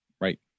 Right